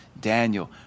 Daniel